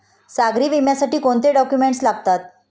सागरी विम्यासाठी कोणते डॉक्युमेंट्स लागतात?